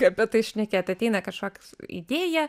apie tai šnekėt ateina kažkoks idėja